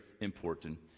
important